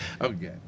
Okay